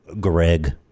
Greg